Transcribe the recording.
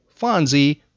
Fonzie